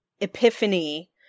epiphany